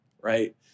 right